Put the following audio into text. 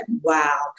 wow